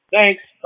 Thanks